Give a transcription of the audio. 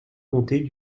compter